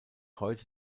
heute